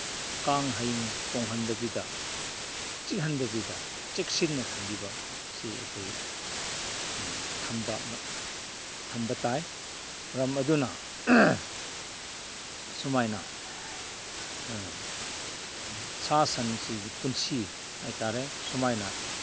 ꯀꯥꯡ ꯍꯌꯤꯡ ꯇꯣꯡꯍꯟꯗꯕꯤꯗ ꯆꯤꯛꯍꯟꯗꯕꯤꯗ ꯆꯦꯛꯁꯤꯟꯅ ꯊꯝꯕꯤꯕꯁꯤ ꯑꯩꯈꯣꯏ ꯊꯝꯕ ꯇꯥꯏ ꯃꯔꯝ ꯑꯗꯨꯅ ꯁꯨꯃꯥꯏꯅ ꯁꯥ ꯁꯟꯁꯤꯒꯤ ꯄꯨꯟꯁꯤ ꯍꯥꯏ ꯇꯥꯔꯦ ꯁꯨꯃꯥꯏꯅ